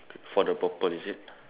for the purple is it